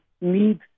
need